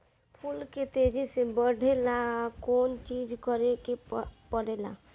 फूल के तेजी से बढ़े ला कौन चिज करे के परेला?